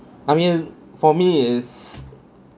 I mean for me is